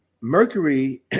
Mercury